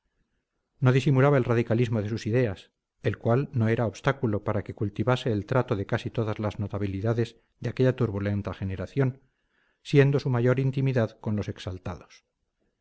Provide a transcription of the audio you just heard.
no disimulaba el radicalismo de sus ideas el cual no era obstáculo para que cultivase el trato de casi todas las notabilidades de aquella turbulenta generación siendo su mayor intimidad con los exaltados